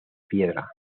piedra